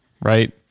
right